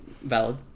Valid